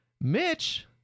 Mitch